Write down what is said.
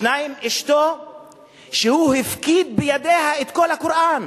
2. אשתו שהוא הפקיד בידיה את כל הקוראן.